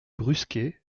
brusquets